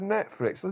Netflix